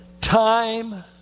time